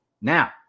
now